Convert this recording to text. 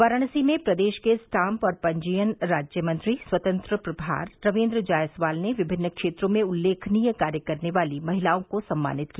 वाराणसी में प्रदेश के स्टाम्प और पंजीयन राज्य मंत्री स्वतंत्र प्रभार रविन्द्र जायसवाल ने विभिन्न क्षेत्रों में उल्लेखनीय कार्य करने वाली महिलाओं को सम्मानित किया